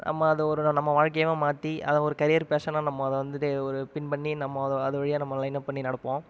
நம்ம அதை ஒரு நம்ம வாழ்க்கையவே மாற்றி அதை ஒரு கரியர் பேஷனாக நம்ம அதை வந்துட்டு ஒரு பின் பண்ணி நம்ம அது அது வழியாக நம்ம லைனப் பண்ணி நடப்போம்